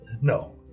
No